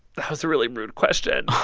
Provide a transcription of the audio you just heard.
that was a really rude question